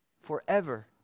forever